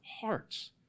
hearts